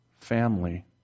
family